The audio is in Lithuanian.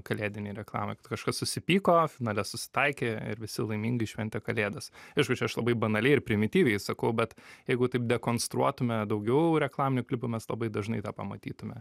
kalėdinėj reklamoj kad kažkas susipyko finale susitaikė ir visi laimingai šventė kalėdas aišku čia aš labai banaliai ir primityviai sakau bet jeigu taip dekonstruotume daugiau reklaminių klipų mes labai dažnai tą pamatytume